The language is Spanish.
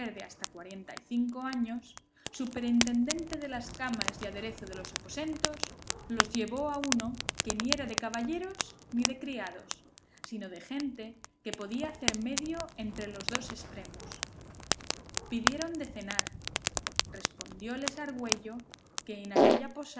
de hasta cuarenta y cinco años superintendente de las camas y aderezo de los aposentos los llevó a uno que ni era de caballeros ni de criados sino de gente que podía hacer medio entre los dos estremos pidieron de cenar respondióles argüello que en aquella